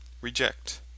reject